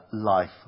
life